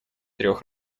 трех